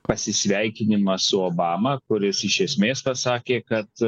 pasisveikinimas su obama kuris iš esmės pasakė kad